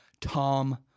Tom